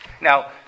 Now